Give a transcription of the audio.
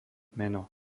meno